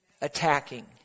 attacking